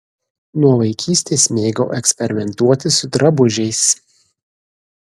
nuo vaikystės mėgau eksperimentuoti su drabužiais